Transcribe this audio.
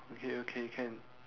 okay okay can